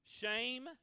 Shame